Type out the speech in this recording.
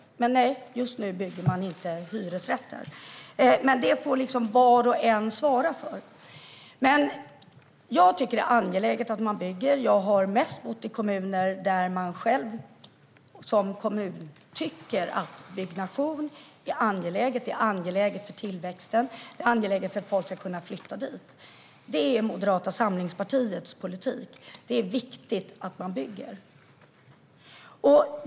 Nej, just nu bygger man inte hyresrätter. Men det får var och en svara för själv. Jag tycker att det är angeläget att man bygger. Jag har mest bott i kommuner där man själv som kommun tycker att byggnation är angeläget för tillväxten och för att folk ska kunna flytta dit. Det är också Moderata samlingspartiets politik. Det är viktigt att man bygger.